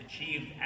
achieved